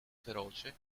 feroce